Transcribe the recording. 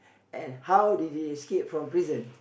and how did he escaped from prison